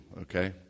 okay